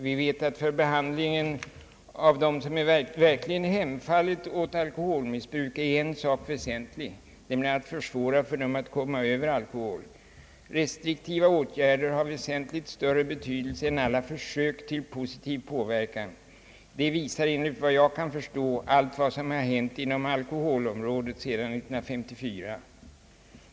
Vi vet att vid behandling av dem som verkligen hemfallit åt alkoholmissbruk är en sak väsentlig, nämligen att försvåra för dem att komma över alkohol. Restriktiva åtgärder har väsentligt större betydelse än alla försök till positiv påverkan. Det visar enligt vad jag kan förstå allt som hänt inom alkoholområdet sedan 1954.